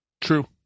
True